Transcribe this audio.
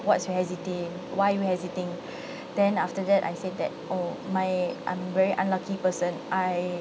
what's your hesitating why you hesitating then after that I say that oh my I'm very unlucky person I